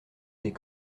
des